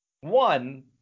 one